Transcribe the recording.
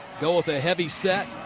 go with the heavy set.